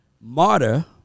martyr